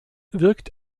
wirkt